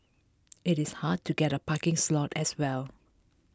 it is hard to get a parking slot as well